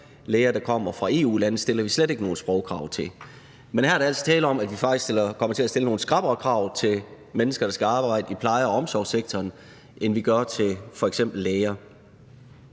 Læger, der kommer fra EU-lande, stiller vi slet ikke nogen sprogkrav til. Men her er der altså tale om, at vi faktisk kommer til at stille nogle skrappere krav til mennesker, der skal arbejde i pleje- og omsorgssektoren, end vi gør til f.eks. læger.